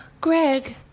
Greg